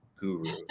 guru